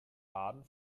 baden